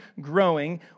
growing